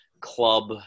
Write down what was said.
club